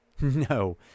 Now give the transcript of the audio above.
No